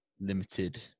limited